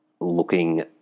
looking